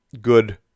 good